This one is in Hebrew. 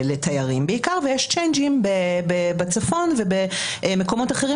לתיירים בעיקר, ויש חלפנים במקומות אחרים